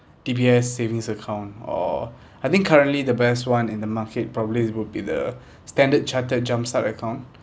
D_B_S savings account or I think currently the best one in the market probably would be the standard chartered jumpstart account